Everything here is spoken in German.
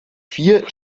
vier